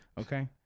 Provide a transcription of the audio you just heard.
Okay